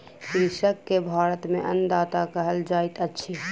कृषक के भारत में अन्नदाता कहल जाइत अछि